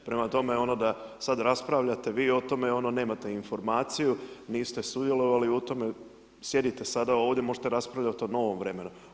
Prema tome, da sada raspravljate o tome nemate informaciju, niste sudjelovali u tome, sjedite sada ovdje, možete raspravljati u novom vremenu.